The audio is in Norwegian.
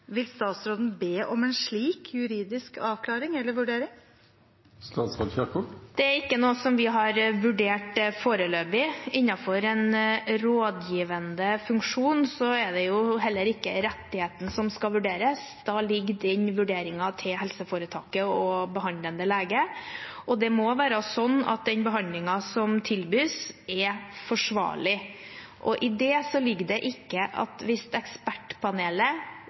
Vil statsråden be om en slik juridisk avklaring eller vurdering? Det er ikke noe som vi har vurdert foreløpig. Innenfor en rådgivende funksjon er det jo heller ikke rettigheten som skal vurderes. Da ligger den vurderingen til helseforetaket og behandlende lege, og det må være slik at den behandlingen som tilbys, er forsvarlig. Hvis Ekspertpanelet foreslår en annen type behandling, ligger det ikke automatisk i det at